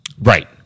Right